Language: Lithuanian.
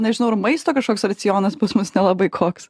nežinau ar maisto kažkoks racionas pas mus nelabai koks